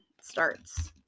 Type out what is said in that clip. starts